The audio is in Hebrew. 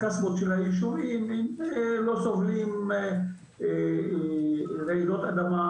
האישורים לא סובלים רעידות אדמה